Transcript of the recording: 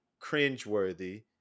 cringeworthy